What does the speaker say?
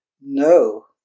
No